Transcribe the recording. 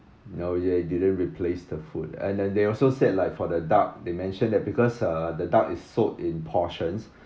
no he didn't replace the food and then they also said like for the duck they mentioned that because uh the duck is sold in portions